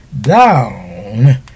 Down